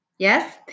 Yes